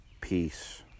peace